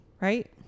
Right